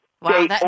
Wow